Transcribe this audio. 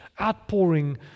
outpouring